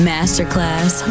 Masterclass